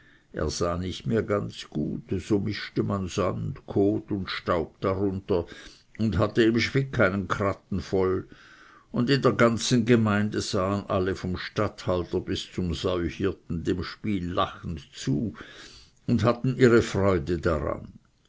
er sah nicht mehr ganz gut so mischte man dann sand kot und staub darunter und hatte im schwick einen kratten voll und in der ganzen gemeinde sahen alle vom statthalter bis zum säuhirten dem spiel lachend zu und hatten ihre freude daran